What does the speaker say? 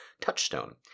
touchstone